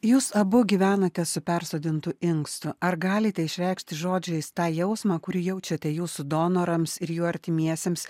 jūs abu gyvenate su persodintu inkstu ar galite išreikšti žodžiais tą jausmą kurį jaučiate jūsų donorams ir jų artimiesiems